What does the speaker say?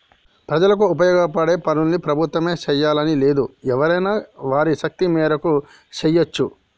ప్రజలకు ఉపయోగపడే పనుల్ని ప్రభుత్వమే జెయ్యాలని లేదు ఎవరైనా వారి శక్తి మేరకు జెయ్యచ్చు